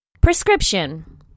Prescription